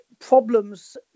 problems